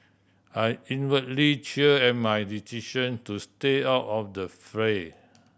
I inwardly cheer at my decision to stay out of the fray